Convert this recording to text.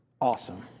Awesome